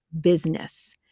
business